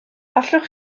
allwch